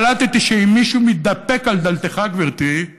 קלטתי שאם מישהו מתדפק על דלתך, גברתי,